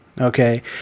okay